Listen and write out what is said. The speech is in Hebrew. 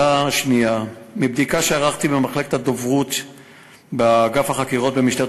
2. מבדיקה שערכתי במחלקת הדוברות באגף החקירות במשטרת